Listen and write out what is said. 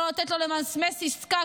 לא לתת לו למזמז עסקה,